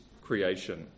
creation